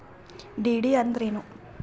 DD ಅಂದ್ರೇನು?